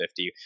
50